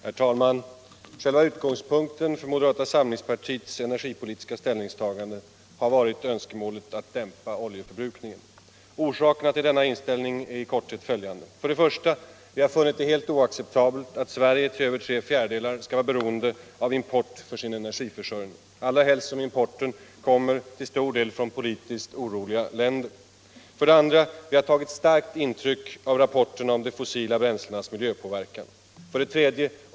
Herr talman! Själva utgångspunkten för moderata samlingspartiets energipolitiska ställningstagande har varit önskemålet att dämpa oljeförbrukningen. Orsakerna till denna inställning är i korthet följande. 1. Vi har funnit det helt oacceptabelt att Sverige till över tre fjärdedelar skall vara beroende av import för sin energiförsörjning, allra helst som importen till stor del kommer från politiskt oroliga länder. 2. Vi har tagit starkt intryck av rapporterna om de fossila bränslenas miljöpåverkan. 3.